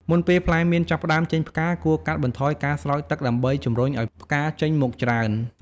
មុនពេលផ្លែមៀនចាប់ផ្តើមចេញផ្កា គួរកាត់បន្ថយការស្រោចទឹកដើម្បីជំរុញឱ្យផ្កាចេញមកច្រើន។